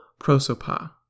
prosopa